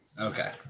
Okay